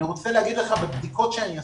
אני רוצה להגיד לך שבבדיקות שאני עשיתי,